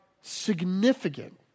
significant